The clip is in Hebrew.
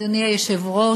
אדוני היושב-ראש,